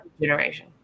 generation